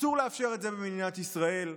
אסור לאפשר את זה במדינת ישראל.